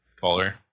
Caller